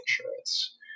insurance